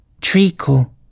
Treacle